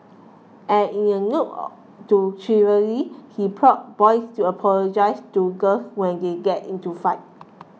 and in a nod to chivalry he prods boys to apologise to girls when they get into fights